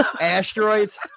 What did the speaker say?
Asteroids